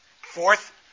Fourth